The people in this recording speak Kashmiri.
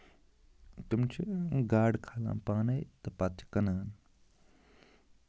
تِم چھِ گاڈٕ کھالان پانَے تہٕ پَتہٕ چھِ کٕنان